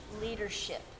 leadership